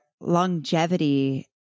longevity